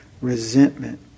Resentment